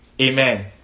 Amen